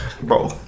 Bro